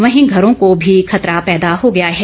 वहीं घरों को भी खतरा पैदा हो गया है